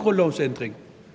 grundlovsændring;